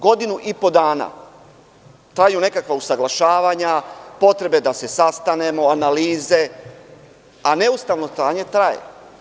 Godinu i po dana, traju nekakva usaglašavanja, potrebe da se sastanemo, analize, a neustavno stanje traje.